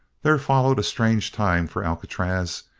there followed a strange time for alcatraz.